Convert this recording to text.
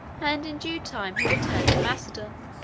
and in due time he returned to macedon,